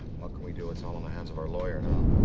what can we do? it's all in the hands of our lawyer now.